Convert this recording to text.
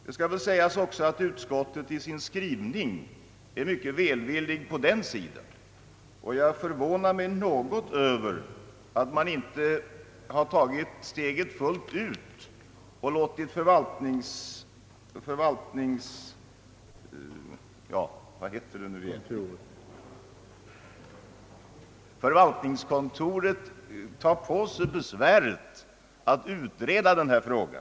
Det skall väl sägas också, att utskottet i sin skrivning är mycket välvillig när det gäller den sidan av saken, och jag förvånar mig något över att man inte tagit steget fullt ut och låtit förvaltningskontoret ta på sig besväret att utreda denna fråga.